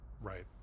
Right